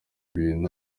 bintu